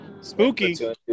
Spooky